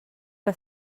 que